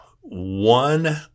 one